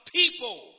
people